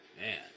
Man